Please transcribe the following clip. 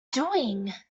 doing